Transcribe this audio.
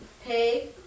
hey